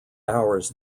hours